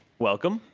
welcome.